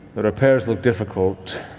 the repairs look difficult.